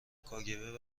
کاگب